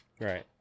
Right